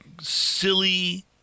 silly